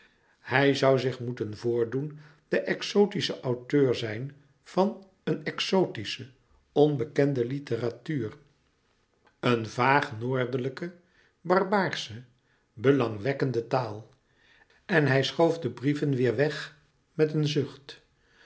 hij zoû zich moeten voordoen de exotische auteur zijn van een exotische onbekende litteratuur een vaag noordelijke barbaarsche belangwekkende taal en hij schoof de brieven weêr weg met een zucht